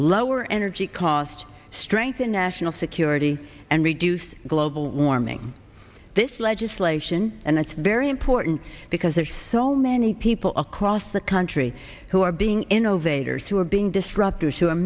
lower energy costs strengthen national security and reduce global warming this legislation and it's very important because there's so many people across the country who are being innovators who are being disruptive